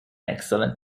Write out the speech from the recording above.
excellent